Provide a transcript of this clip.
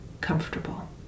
comfortable